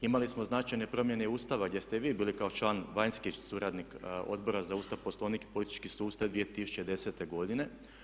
Imali smo značajne promjene i Ustava gdje ste i vi bili kao član vanjski suradnik Odbora za Ustav, Poslovnik i politički sustav 2010. godine.